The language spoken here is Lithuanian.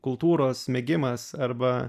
kultūros mėgimas arba